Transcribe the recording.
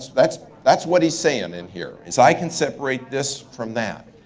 that's that's what he's saying in here is i can separate this from that.